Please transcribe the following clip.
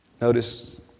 Notice